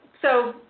so,